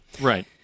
Right